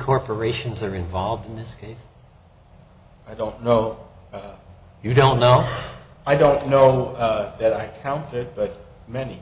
corporations are involved in this case i don't know you don't know i don't know that i counted but many